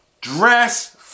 Dress